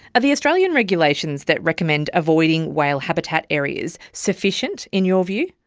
are the australian regulations that recommend avoiding whale habitat areas sufficient in your view?